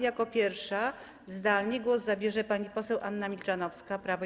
Jako pierwsza zdalnie głos zabierze pani poseł Anna Milczanowska, Prawo i